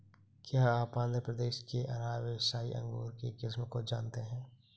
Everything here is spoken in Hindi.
क्या आप आंध्र प्रदेश के अनाब ए शाही अंगूर के किस्म को जानते हैं?